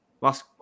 Last